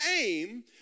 aim